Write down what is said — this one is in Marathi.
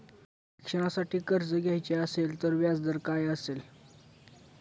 शिक्षणासाठी कर्ज घ्यायचे असेल तर व्याजदर काय असेल?